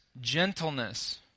gentleness